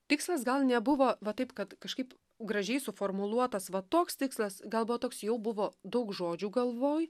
tikslas gal nebuvo va taip kad kažkaip gražiai suformuluotas va toks tikslas gal buvo toks jau buvo daug žodžių galvoj